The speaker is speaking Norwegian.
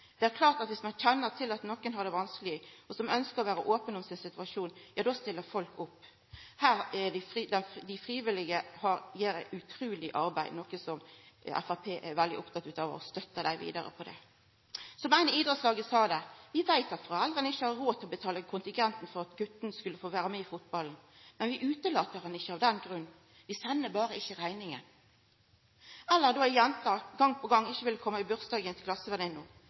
Det er klart at dersom ein kjenner nokon som har det vanskeleg, og som ønskjer å vera open om situasjonen sin, stiller folk opp. Her gjer dei frivillige eit utruleg godt arbeid, som Framstegspartiet er veldig oppteke av å støtta. Som ein i idrettslaget sa det: Vi veit at foreldra ikkje har råd til å betala kontingenten, for at guten kan få vera med i fotballen, men vi utelèt han ikkje av den grunn. Vi sender berre ikkje rekninga. Eller eksempelet med ei jente som gong på gong ikkje ville koma i bursdagen til